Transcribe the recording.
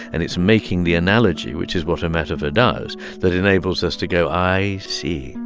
and it's making the analogy, which is what a metaphor does, that enables us to go, i see,